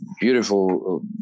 Beautiful